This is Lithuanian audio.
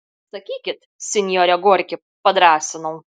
sakykit sinjore gorki padrąsinau